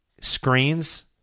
screens